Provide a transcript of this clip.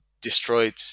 destroyed